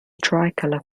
tricolour